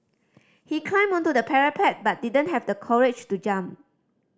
he climbed onto the parapet but didn't have the courage to jump